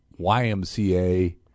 YMCA